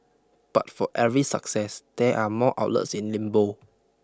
but for every success there are more outlets in limbo